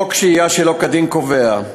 חוק שהייה שלא כדין קובע,